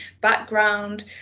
background